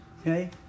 okay